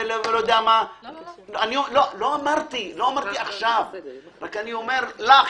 אני אומר את זה לך,